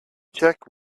check